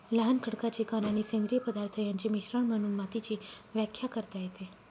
लहान खडकाचे कण आणि सेंद्रिय पदार्थ यांचे मिश्रण म्हणून मातीची व्याख्या करता येते